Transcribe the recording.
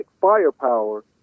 firepower